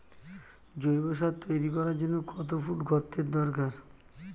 জৈব সার তৈরি করার জন্য কত ফুট গর্তের দরকার?